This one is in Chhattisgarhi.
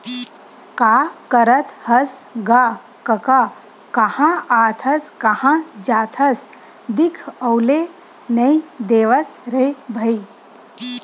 का करत हस गा कका काँहा आथस काँहा जाथस दिखउले नइ देवस रे भई?